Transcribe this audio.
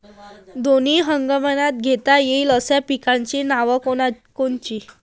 दोनी हंगामात घेता येईन अशा पिकाइची नावं कोनची?